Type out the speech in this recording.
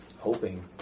hoping